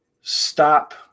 stop